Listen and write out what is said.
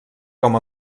com